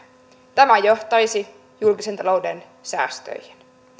tämä johtaisi julkisen talouden säästöihin